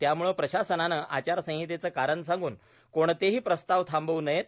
त्यामुळे प्रशासनाने आचारसंहितेचे कारण सांगून कोणतेही प्रस्ताव थांबवू नयेत